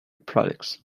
products